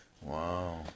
Wow